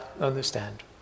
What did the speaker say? understand